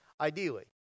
ideally